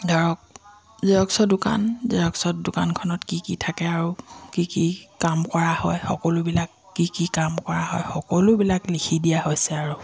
ধৰক জেৰক্সৰ দোকান জেৰক্সৰ দোকানখনত কি কি থাকে আৰু কি কি কাম কৰা হয় সকলোবিলাক কি কি কাম কৰা হয় সকলোবিলাক লিখি দিয়া হৈছে আৰু